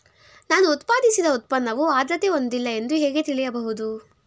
ನಾನು ಉತ್ಪಾದಿಸಿದ ಉತ್ಪನ್ನವು ಆದ್ರತೆ ಹೊಂದಿಲ್ಲ ಎಂದು ಹೇಗೆ ತಿಳಿಯಬಹುದು?